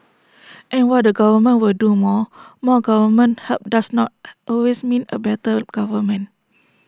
and while the government will do more more government help does not always mean A better government